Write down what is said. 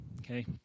okay